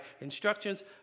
instructions